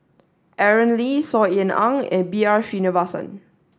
Aaron Lee Saw Ean Ang and B R Sreenivasan